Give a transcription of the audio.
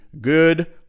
good